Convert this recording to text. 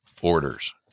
orders